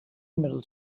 middle